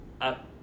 up